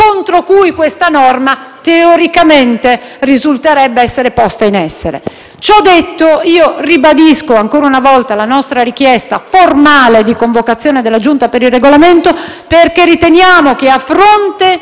contro cui questa norma, teoricamente, risulterebbe essere posta in essere. Ciò detto, ribadisco ancora una volta la nostra richiesta formale di convocazione della Giunta per il Regolamento, perché riteniamo che, a fronte